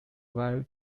value